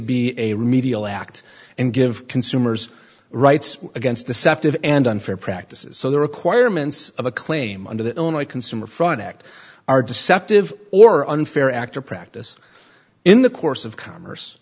be a remedial act and give consumers rights against deceptive and unfair practices so the requirements of a claim under the consumer fraud act are deceptive or unfair act or practice in the course of commerce